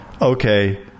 okay